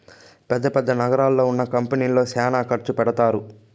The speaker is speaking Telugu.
పెద్ద పెద్ద నగరాల్లో ఉన్న కంపెనీల్లో శ్యానా ఖర్చు పెడతారు